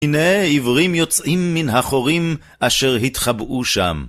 הנה עברים יוצאים מן החורים אשר התחבאו שם.